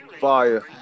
Fire